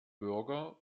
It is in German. bürger